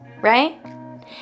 Right